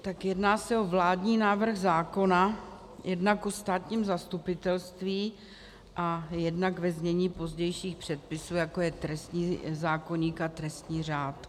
Jedná se o vládní návrh zákona jednak o státním zastupitelství a jednak ve znění pozdějších předpisů, jako je trestní zákoník a trestní řád.